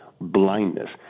blindness